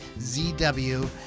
ZW